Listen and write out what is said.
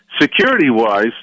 Security-wise